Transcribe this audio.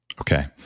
Okay